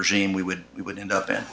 regime we would we would end up in